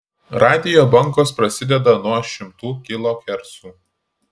radijo bangos prasideda nuo šimtų kilohercų